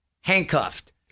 handcuffed